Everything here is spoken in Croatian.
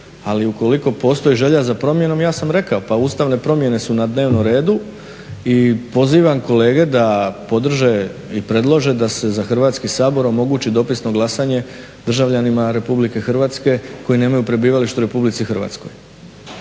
Ali ukoliko postoji želja za promjenom, ja sam rekao pa ustavne promjene su na dnevnom redu i pozivam kolege da podrže i predlože da se za Hrvatski sabor omogući dopisno glasanje državljanima RH koji nemaju prebivalište u RH.